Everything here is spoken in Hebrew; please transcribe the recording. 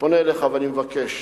פונה אליך ואני מבקש